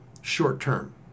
short-term